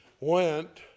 went